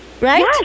Right